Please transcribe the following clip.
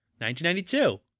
1992